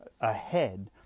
ahead